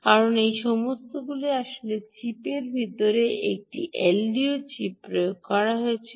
কারণ এই সমস্তগুলি আসলে চিপের ভিতরে একটি এলডিও চিপ প্রয়োগ করা হয়েছিল